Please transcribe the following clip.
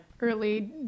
early